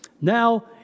Now